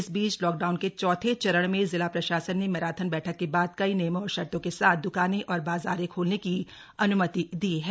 इस बीच लॉकडाउन के चौथे चरण में जिला प्रशासन ने मैराथन बैठक के बाद कई नियमों और शर्तों के साथ दुकानें और बाजार खोलने की अन्मति दी है